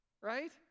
right